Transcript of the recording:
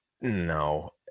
No